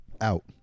out